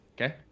okay